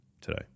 today